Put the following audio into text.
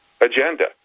agenda